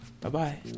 Bye-bye